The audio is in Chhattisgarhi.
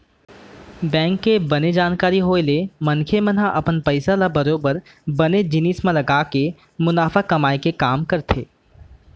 बेंक के बने जानकारी होय ले मनखे मन ह अपन पइसा ल बरोबर बने जिनिस म लगाके मुनाफा कमाए के काम करथे